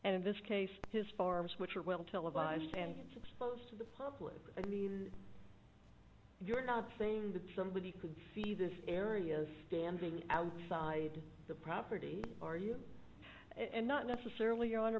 and in this case his farms which are well televised and exposed to the public i mean if you're not saying that somebody could see this area is standing outside the property are you and not necessarily